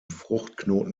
fruchtknoten